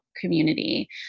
community